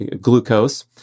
glucose